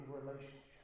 relationship